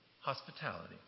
hospitality